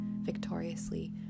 victoriously